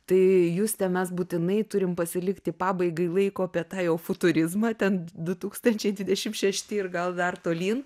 tai just mes būtinai turime pasilikti pabaigai laiko apie tą jau futurizmą ten du tūkstančiai dvidešimt šešti ir gal dar tolyn